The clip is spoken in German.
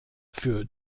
für